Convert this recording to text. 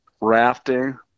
rafting